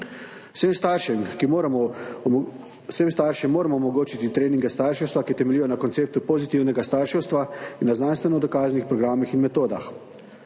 Vsem staršem moramo omogočiti treninge starševstva, ki temeljijo na konceptu pozitivnega starševstva in na znanstveno dokazanih programih in metodah.